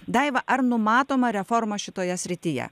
daiva ar numatoma reforma šitoje srityje